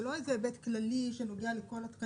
זה לא היבט כללי שנוגע לכל התקנים.